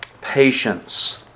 patience